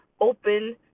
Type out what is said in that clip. Open